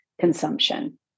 consumption